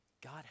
God